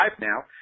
now